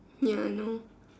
ya you know